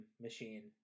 machine